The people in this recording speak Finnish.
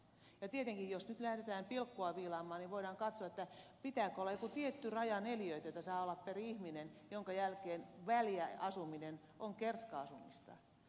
tietenkin jos nyt lähdetään pilkkua viilaamaan niin voidaan katsoa pitääkö olla joku tietty määrä neliöitä joita saa olla per ihminen minkä jälkeen väljempi asuminen on kerska asumista